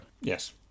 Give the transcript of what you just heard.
Yes